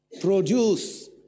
produce